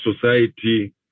society